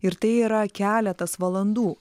ir tai yra keletas valandų